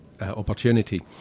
opportunity